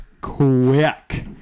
quick